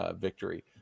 victory